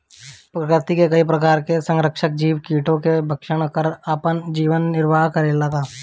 प्रकृति मे कई प्रकार के संहारक जीव कीटो के भक्षन कर आपन जीवन निरवाह करेला का?